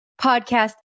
podcast